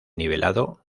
nivelado